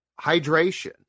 hydration